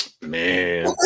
Man